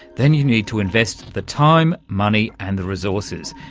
then you need to invest the time, money and the resources,